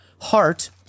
Heart